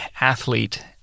athlete